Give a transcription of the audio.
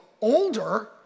older